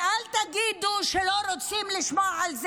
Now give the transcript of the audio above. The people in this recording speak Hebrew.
ואל תגידו שלא רוצים לשמוע על זה.